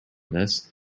this